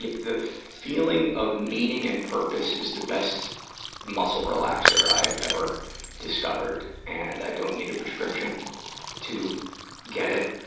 the the feeling of meaning and purpose is the best muscle relaxer i have ever discovered. and i don't need a prescription to get it.